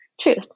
truth